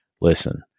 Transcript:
listen